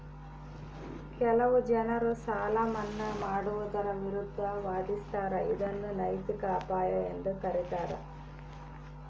ಕೆಲವು ಜನರು ಸಾಲ ಮನ್ನಾ ಮಾಡುವುದರ ವಿರುದ್ಧ ವಾದಿಸ್ತರ ಇದನ್ನು ನೈತಿಕ ಅಪಾಯ ಎಂದು ಕರೀತಾರ